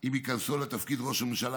עם היכנסו לתפקיד ראש הממשלה,